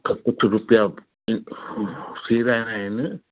मूंखे कुझु रुपिया सीराइणा आहिनि